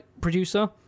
producer